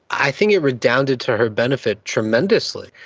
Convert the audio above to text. i think it redounded to her benefit tremendously.